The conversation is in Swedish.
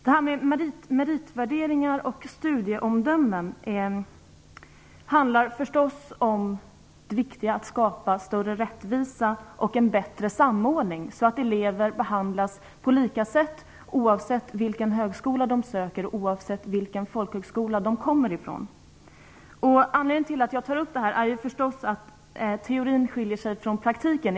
Frågan om meritvärderingar och studieomdömen handlar om det viktiga att skapa större rättvisa och en bättre samordning så att elever behandlas på lika sätt oavsett vilken högskola de söker till och oavsett vilken folkhögskola de kommer från. Anledningen till att jag tar upp det är förstås att teorin skiljer sig från praktiken.